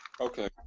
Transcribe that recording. Okay